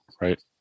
Right